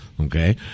Okay